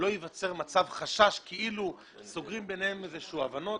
לא ייווצר חשש כאילו סוגרים ביניהם הבנות כלשהן.